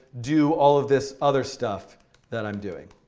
do all of this other stuff that i'm doing.